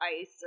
ice